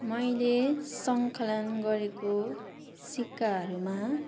मैले सङ्कलन गरेको सिक्काहरूमा